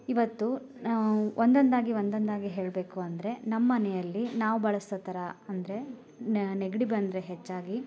ಇವತ್ತು ಒಂದೊಂದಾಗಿ ಒಂದೊಂದಾಗಿ ಹೇಳಬೇಕು ಅಂದರೆ ನಮ್ಮನೆಯಲ್ಲಿ ನಾವು ಬಳಸೋ ಥರ ಅಂದರೆ ನೆಗಡಿ ಬಂದರೆ ಹೆಚ್ಚಾಗಿ